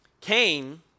Cain